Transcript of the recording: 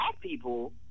people